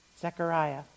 Zechariah